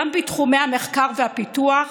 גם בתחומי המחקר והפיתוח